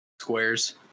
Squares